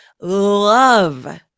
love